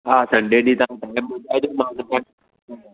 हा संडे ॾींहुं तव्हां पहिरें ॿुधाइजो मां उते पहुची वेंदोमांव